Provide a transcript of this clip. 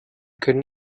können